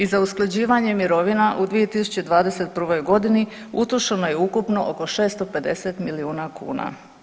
I za usklađivanje mirovina u 2021.g. utrošeno je ukupno oko 650 milijuna kuna.